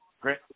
great